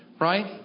right